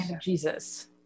Jesus